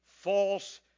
false